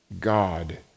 God